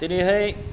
दिनैहाय दिनैहाय